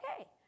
Okay